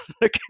look